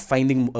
Finding